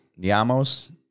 Niamos